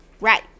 Right